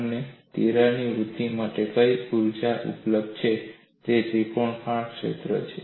અને તિરાડ વૃદ્ધિ માટે કઈ ઊર્જા ઉપલબ્ધ છે તે ત્રિકોણાકાર ક્ષેત્ર છે